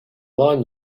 lawn